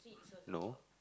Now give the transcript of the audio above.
no